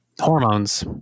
hormones